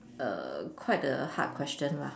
err quite a hard question lah